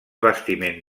bastiment